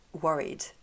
worried